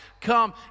come